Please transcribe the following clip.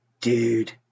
Dude